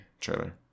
trailer